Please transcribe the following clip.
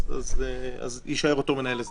אז יישאר אותו מנהל הסדר.